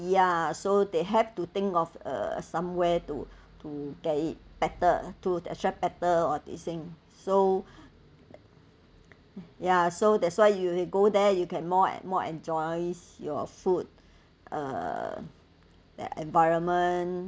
ya so they have to think of a somewhere to to get it better to attract better all these thing so ya so that's why you you go there you can more and more enjoys your food uh the environment`